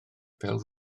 pêl